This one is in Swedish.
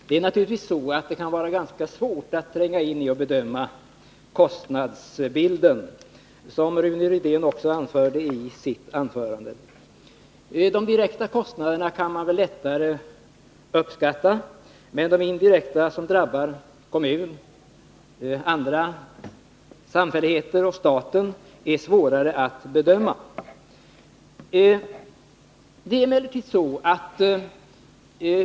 Herr talman! Det kan naturligtvis vara ganska svårt att tränga in i och bedöma kostnadsbilden, vilket också Rune Rydén sade i sitt anförande. De direkta kostnaderna kan man uppskatta, men de indirekta, de som drabbar kommuner, andra samfälligheter och staten, är svåra att bedöma.